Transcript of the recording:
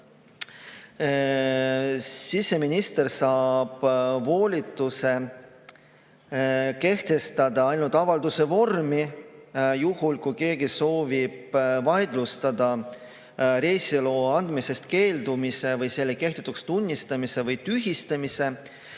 siseminister saab volituse kehtestada ainult avalduse vorm, juhul kui keegi soovib vaidlustada reisiloa andmisest keeldumise või selle kehtetuks tunnistamise või tühistamise,